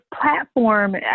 platform